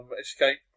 escape